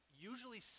usually